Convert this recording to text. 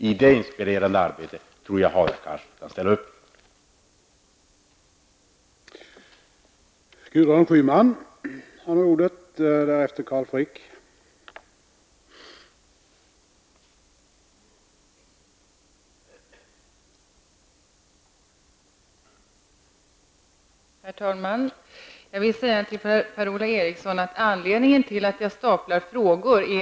I detta inspirerande arbete är nog Hadar Cars beredd att delta.